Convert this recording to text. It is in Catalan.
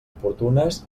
oportunes